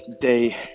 day